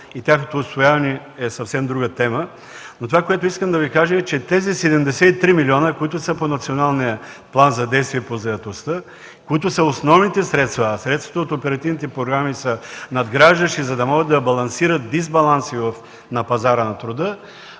и тяхното усвояване е съвсем друга тема. Това, което искам да Ви кажа, е, че тези 73 милиона, които са по Националния план за действие по заетостта, са основните средства, а средствата от оперативните програми са надграждащи, за да могат да балансират дисбаланси на пазара на труда.